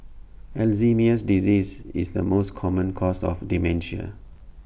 Alzheimer's disease is the most common cause of dementia